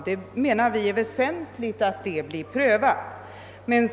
Vi anser det väsentligt att den saken prövas.